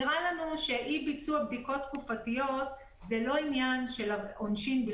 נראה לנו שאי ביצוע בדיקות תקופתיות זה לא עניין של עונשין,